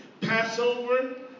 Passover